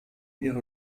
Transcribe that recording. ihre